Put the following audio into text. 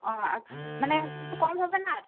মানে কিছু কম হবে না